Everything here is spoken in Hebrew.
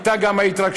ואתה גם ההתרגשות.